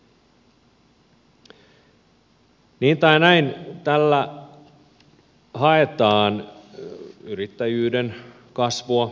niin tai näin tällä haetaan yrittäjyyden kasvua